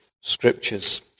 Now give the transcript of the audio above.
Scriptures